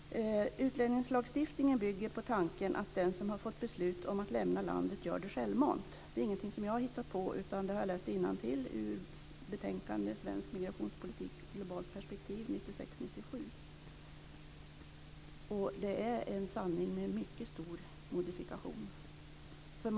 Utlänningslagstiftningen bygger på tanken att den som har fått beslut om att lämna landet gör det självmant. Det är ingenting som jag har hittat på, utan jag har läst det i betänkandet Svensk migrationspolitik i globalt perspektiv från 1996/97. Det är en sanning med mycket stor modifikation.